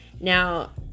Now